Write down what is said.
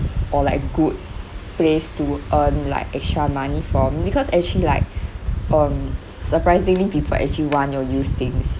or like good place to earn like extra money from because actually like um surprisingly people actually want your used things